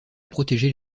protéger